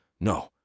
No